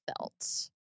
felt